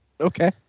okay